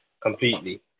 completely